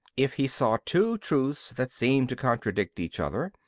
if he saw two truths that seemed to contradict each other,